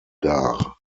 dar